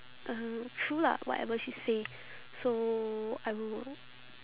uh true lah whatever she say so I will